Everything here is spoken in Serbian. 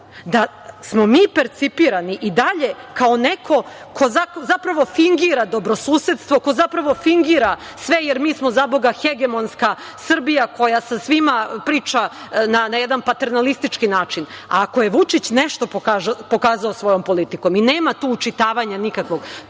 da smo mi percipirani i dalje kao neko ko zapravo fingira dobrosusedstvo, ko zapravo fingira sve, jer mi smo zaboga hegemonska Srbija koja sa svima priča na jedan paternalistički način. Ako je Vučić nešto pokazao svojom politikom i nema tu učitavanja nikakvog,